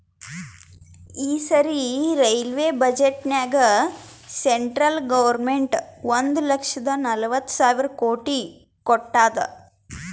ಈ ಸರಿ ರೈಲ್ವೆ ಬಜೆಟ್ನಾಗ್ ಸೆಂಟ್ರಲ್ ಗೌರ್ಮೆಂಟ್ ಒಂದ್ ಲಕ್ಷದ ನಲ್ವತ್ ಸಾವಿರ ಕೋಟಿ ಕೊಟ್ಟಾದ್